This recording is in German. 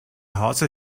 hase